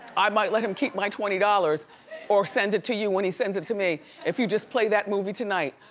i might let him keep my twenty dollars or send it to you when he sends it to me if you just play that movie tonight.